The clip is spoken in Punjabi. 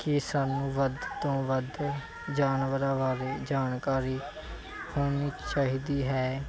ਕਿ ਸਾਨੂੰ ਵੱਧ ਤੋਂ ਵੱਧ ਜਾਨਵਰਾਂ ਬਾਰੇ ਜਾਣਕਾਰੀ ਹੋਣੀ ਚਾਹੀਦੀ ਹੈ